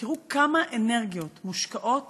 תראו כמה אנרגיות מושקעות